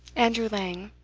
andrew lang.